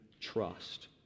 trust